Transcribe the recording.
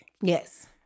Yes